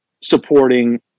supporting